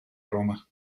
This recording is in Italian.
roma